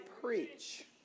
preach